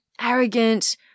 arrogant